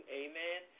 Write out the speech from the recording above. amen